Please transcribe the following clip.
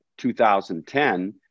2010